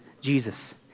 Jesus